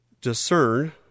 discern